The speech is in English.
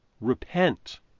Repent